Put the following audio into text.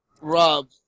Rob